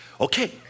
Okay